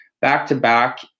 back-to-back